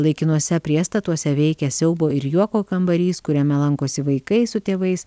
laikinuose priestatuose veikia siaubo ir juoko kambarys kuriame lankosi vaikai su tėvais